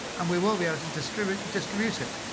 and we will be able to distribute distribute it.